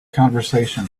conversation